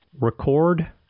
Record